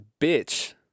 bitch